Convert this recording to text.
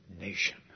nation